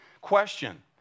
question